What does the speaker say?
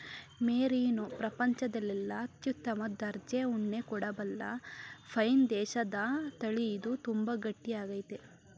merino ಪ್ರಪಂಚದಲ್ಲೆಲ್ಲ ಅತ್ಯುತ್ತಮ ದರ್ಜೆ ಉಣ್ಣೆ ಕೊಡಬಲ್ಲ ಸ್ಪೇನ್ ದೇಶದತಳಿ ಇದು ತುಂಬಾ ಗಟ್ಟಿ ಆಗೈತೆ